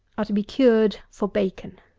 are to be cured for bacon.